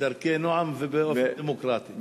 בדרכי נועם ובאופן דמוקרטי.